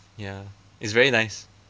ya it's very nice